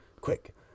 quick